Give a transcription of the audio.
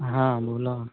હા બોલો